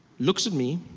looks at me,